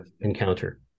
encounter